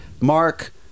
Mark